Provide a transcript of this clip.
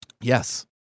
Yes